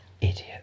Idiot